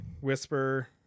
Whisper